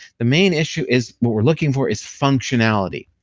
the main issue is, what we're looking for is functionality.